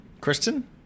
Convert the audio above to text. Kristen